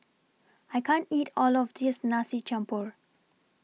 I can't eat All of This Nasi Campur